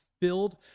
filled